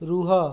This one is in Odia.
ରୁହ